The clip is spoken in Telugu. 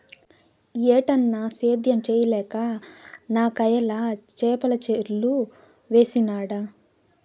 ఏటన్నా, సేద్యం చేయలేక నాకయ్యల చేపల చెర్లు వేసినాడ